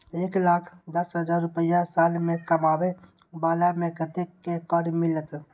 एक लाख दस हजार रुपया साल में कमाबै बाला के कतेक के कार्ड मिलत?